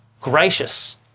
gracious